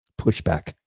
pushback